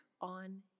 on